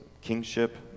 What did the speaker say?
kingship